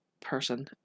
person